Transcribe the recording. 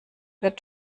wird